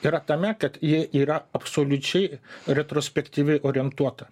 yra tame kad ji yra absoliučiai retrospektyviai orientuota